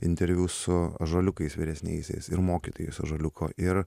interviu su ąžuoliukais vyresniaisiais ir mokytojais ąžuoliuko ir